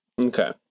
Okay